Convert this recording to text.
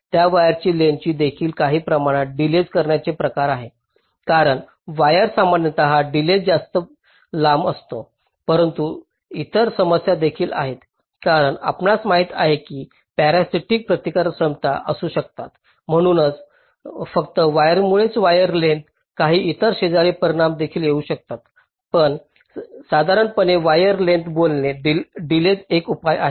या वायरची लेंग्थस देखील काही प्रमाणात डिलेज करण्याचे प्रकार आहे कारण वायर सामान्यत डिलेज जास्त लांब असतो परंतु इतर समस्या देखील आहेत कारण आपणास माहित आहे की पॅरासिटिक प्रतिकार क्षमता असू शकतात म्हणूनच फक्त वायरमुळेच वायर लेंग्थस काही इतर शेजारी परिणाम देखील येऊ शकतात पण साधारणपणे वायर लेंग्थस बोलणे डिलेज एक उपाय आहे